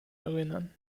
erinnern